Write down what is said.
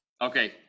Okay